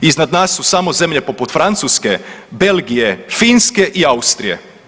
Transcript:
Iznad nas su samo zemlje poput Francuske, Belgije, Finske i Austrije.